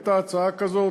הייתה הצעה כזאת.